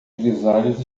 grisalhos